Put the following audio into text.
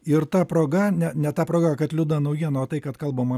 ir ta proga ne ne ta proga kad liūdna naujiena o tai kad kalbama